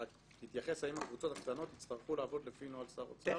תתייחס האם הקבוצות הקטנות יצטרכו לעבוד לפי נוהל שר אוצר,